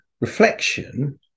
reflection